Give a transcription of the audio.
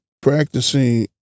practicing